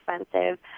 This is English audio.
expensive